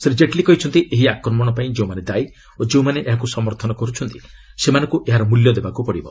ଶ୍ରୀ ଜେଟ୍ଲୀ କହିଛନ୍ତି ଏହି ଆକ୍ରମଣ ପାଇଁ ଯେଉଁମାନେ ଦାୟୀ ଓ ଯେଉଁମାନେ ଏହାକୁ ସମର୍ଥନ କରୁଛନ୍ତି ସେମାନଙ୍କୁ ଏହାର ମୂଲ୍ୟ ଦେବାକୁ ପଡ଼ିବ